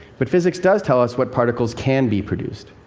but physics does tell us what particles can be produced.